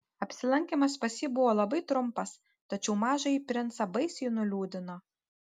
apsilankymas pas jį buvo labai trumpas tačiau mažąjį princą baisiai nuliūdino